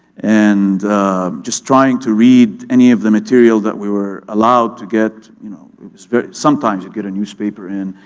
and just trying to read any of the material that we were allowed to get, you know sometimes you get a newspaper in,